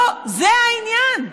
לא זה העניין.